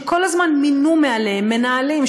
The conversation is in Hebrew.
שכל הזמן מינו מעליהם מנהלים,